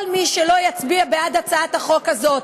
כל מי שלא יצביע בעד הצעת החוק הזאת,